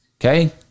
Okay